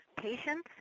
patients